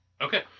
Okay